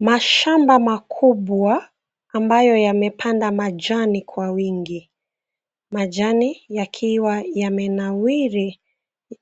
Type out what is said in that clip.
Mashamba makubwa, ambayo yamepandwa majani kwa wingi. Majani yakiwa yamenawiri,